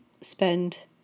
spend